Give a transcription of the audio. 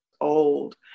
old